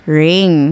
ring